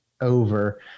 over